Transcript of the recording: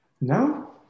No